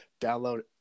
download